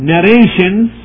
Narrations